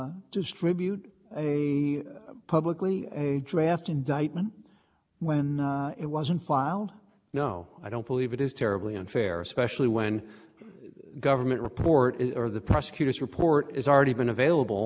distribute a publicly a draft indictment when it wasn't filed no i don't believe it is terribly unfair especially when a government report or the prosecutor's report is already been available i